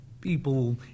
people